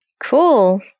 Cool